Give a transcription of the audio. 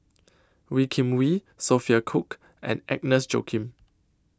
Wee Kim Wee Sophia Cooke and Agnes Joaquim